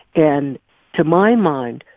and to my mind,